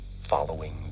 following